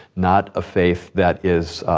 not a faith that is,